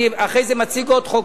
אני אחרי זה מציג עוד חוק,